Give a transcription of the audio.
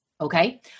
okay